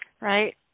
Right